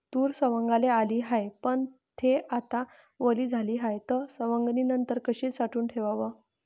तूर सवंगाले आली हाये, पन थे आता वली झाली हाये, त सवंगनीनंतर कशी साठवून ठेवाव?